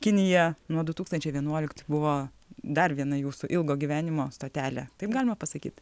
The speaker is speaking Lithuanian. kinija nuo du tūkstančiai vienuoliktų buvo dar viena jūsų ilgo gyvenimo stotelė taip galima pasakyt